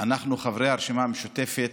חברי הרשימה המשותפת,